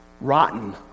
Rotten